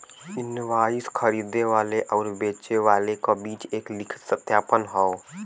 invoice खरीदे वाले आउर बेचे वाले क बीच एक लिखित सत्यापन हौ